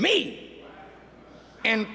me and